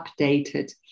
updated